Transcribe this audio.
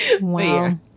Wow